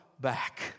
back